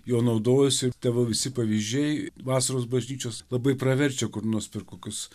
juo naudojuosi tavo visi pavyzdžiai vasaros bažnyčios labai praverčia kur nors per kokius